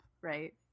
right